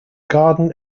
garden